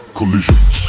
Collisions